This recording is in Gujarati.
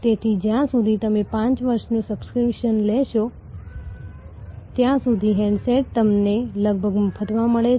તેથી આવક વાર્ષિક ફી વેચાણ સેવા ફી સંદર્ભનું મૂલ્ય અને ખર્ચ એકાઉન્ટ મેનેજમેન્ટ વેચાણની કિંમત અને રાઈટ ઓફ્સ હશે